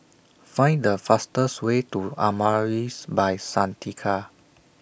Find The fastest Way to Amaris By Santika